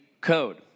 Code